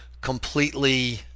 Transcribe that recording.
completely